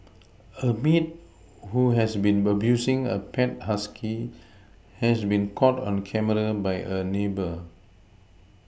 a maid who has been abusing a pet husky has been caught on camera by a neighbour